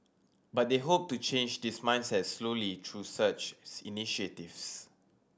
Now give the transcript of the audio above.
but they hope to change this mindset slowly through such initiatives